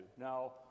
Now